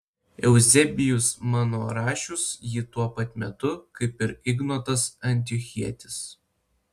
euzebijus mano rašius jį tuo pat metu kaip ir ignotas antiochietis